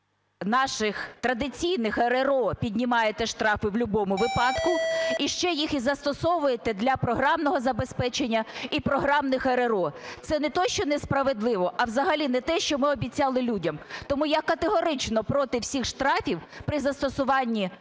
РРО піднімаєте штрафи в любому випадку і ще їх і застосовуєте для програмного забезпечення і програмних РРО. Це не те, що несправедливо, а взагалі не те, що ми обіцяли людям. Тому я категорично проти всіх штрафів при застосуванні